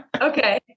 Okay